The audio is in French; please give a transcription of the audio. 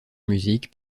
musique